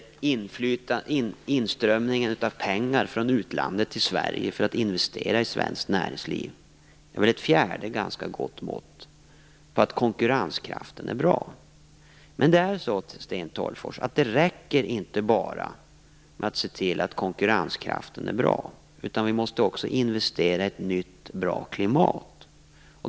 Inströmningen av pengar från utlandet till Sverige för att investera i svenskt näringsliv är ett fjärde ganska gott mått på att konkurrenskraften är bra. Men det räcker inte, Sten Tolgfors, att bara se till att konkurrenskraften är bra. Vi måste också investera i ett nytt bra klimat.